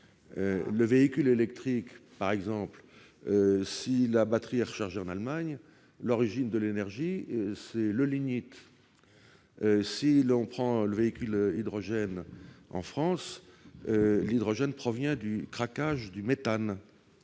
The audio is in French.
du véhicule électrique. Si la batterie est rechargée en Allemagne, l'origine de l'énergie, c'est le lignite. Concernant le véhicule à hydrogène en France, l'hydrogène provient du craquage du méthane,